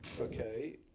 Okay